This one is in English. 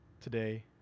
today